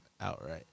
outright